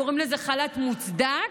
קוראים לזה חל"ת מוצדק,